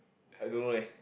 I don't know leh